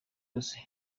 yose